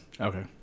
Okay